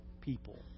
people